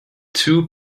two